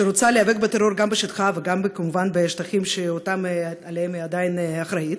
שרוצה להיאבק בטרור גם בשטחה וגם כמובן בשטחים שעליהם היא עדיין אחראית,